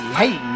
hey